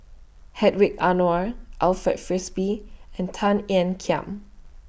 Hedwig Anuar Alfred Frisby and Tan Ean Kiam